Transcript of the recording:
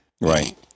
Right